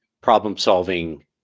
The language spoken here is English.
problem-solving